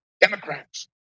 Democrats